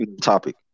topic